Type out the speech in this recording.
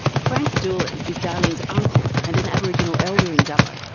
frank doolan is darlene's uncle and an aboriginal elder in dubbo.